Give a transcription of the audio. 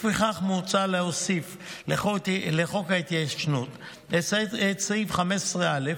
לפיכך, מוצע להוסיף לחוק ההתיישנות את סעיף 15א,